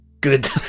Good